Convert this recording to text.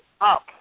up